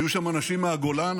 היו שם אנשים מהגולן,